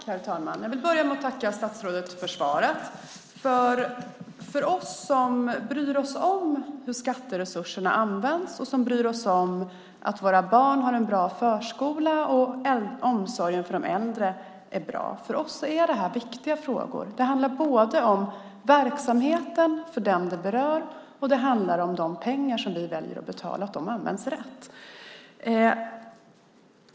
Herr talman! Jag vill börja med att tacka statsrådet för svaret. För oss som bryr oss om hur skatteresurserna används och som bryr oss om att våra barn har en bra förskola och att omsorgen för de äldre är bra är det här viktiga frågor. Det handlar både om verksamheten för dem det berör och om att de pengar som vi väljer att betala används rätt.